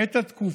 לעבור את התקופה,